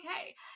okay